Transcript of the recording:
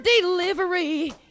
delivery